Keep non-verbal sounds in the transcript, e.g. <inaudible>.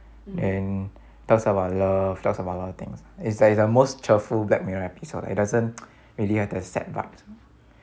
and talks about love talks about a lot of things is like is the most cheerful black mirror episode it doesn't <noise> really have the sad vibes